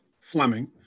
Fleming